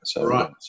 Right